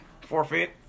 Forfeit